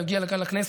יגיע לכאן לכנסת,